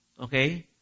Okay